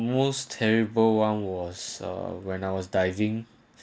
most terrible one was uh when I was diving